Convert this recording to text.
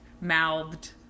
mouthed